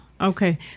Okay